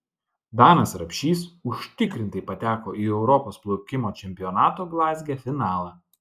danas rapšys užtikrintai pateko į europos plaukimo čempionato glazge finalą